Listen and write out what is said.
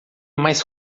mais